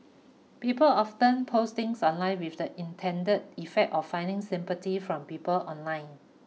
people often post things online with the intended effect of finding sympathy from people online